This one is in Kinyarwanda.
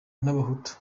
n’abahutu